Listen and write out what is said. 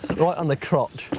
right on the crotch.